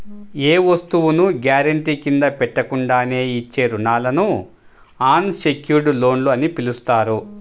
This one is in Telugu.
ఏ వస్తువును గ్యారెంటీ కింద పెట్టకుండానే ఇచ్చే రుణాలను అన్ సెక్యుర్డ్ లోన్లు అని పిలుస్తారు